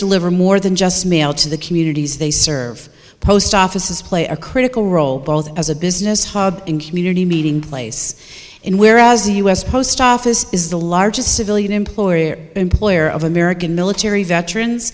deliver more than just mail to the communities they serve post offices play a critical role both as a business hub and community meeting place in whereas the u s post office is the largest civilian employee employer of american military veterans